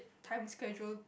time schedule